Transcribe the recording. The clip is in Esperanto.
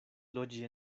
loĝi